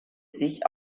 sich